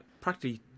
practically